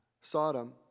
Sodom